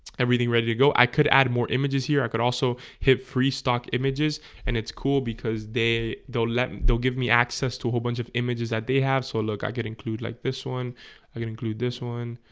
everything ready to go i could add more images here i could also hit free stock images and it's cool because they don't let they'll give me access to a whole bunch of images that they have so look i get include like this one i can include this one